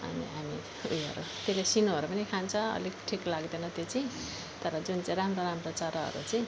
अनि हामी ऊ योहरू त्यसले सिनोहरू पनि खान्छ अलिक ठिक लाग्दैन त्यो चाहिँ तर जुन चाहिँ राम्रो राम्रो चराहरूचाहिँ